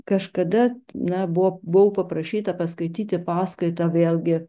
kažkada na buvo buvau paprašyta paskaityti paskaitą vėlgi